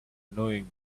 knowing